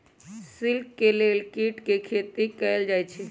silk के लेल कीट के खेती कएल जाई छई